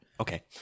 Okay